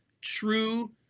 true